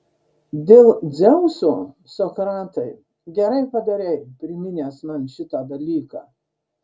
dėl dzeuso sokratai gerai padarei priminęs man šitą dalyką